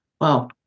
Wow